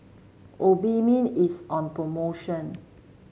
Obimin is on promotion